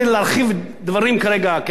כחבר בוועדת חוץ וביטחון וועדת משנה,